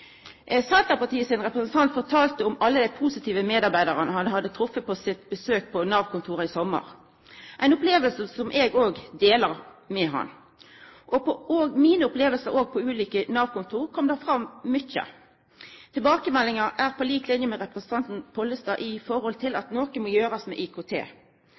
Senterpartiet sin representant fortalde om alle dei positive medarbeidarane han hadde treft på sitt besøk på Nav-kontoret i sommar, ei oppleving som eg òg deler med han. I mine besøk på ulike Nav-kontor kom det òg fram mykje. Tilbakemeldingane er – på like linje med representanten Pollestad – at noko må gjerast med IKT.